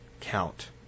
count